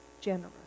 generous